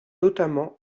notamment